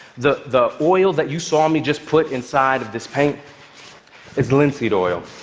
the the oil that you saw me just put inside of this paint is linseed oil.